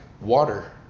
water